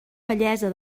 bellesa